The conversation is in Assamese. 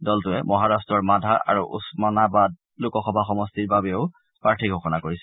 দলটোৱে মহাৰাট্টৰ মাধা আৰু ওচমানাবাদ লোকসভা সমষ্টিৰ বাবেও প্ৰাৰ্থী ঘোষণা কৰিছে